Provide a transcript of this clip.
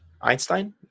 Einstein